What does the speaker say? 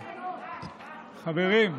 חברים.